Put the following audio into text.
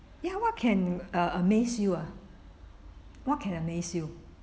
ya what can uh amaze you ah what can amaze you